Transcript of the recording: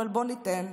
אבל בואו ניתן.